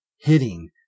hitting